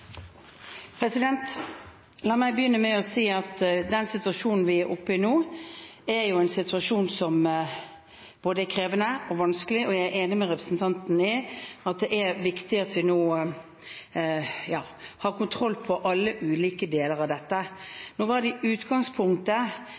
La meg begynne med å si at den situasjonen vi er oppe i nå, er en situasjon som er både krevende og vanskelig, og jeg er enig med representanten i at det er viktig at vi nå har kontroll på alle ulike deler av dette.